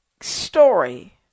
story